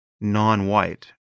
non-white